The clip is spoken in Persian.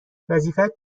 وظیفت